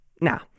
Now